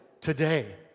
today